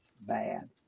bad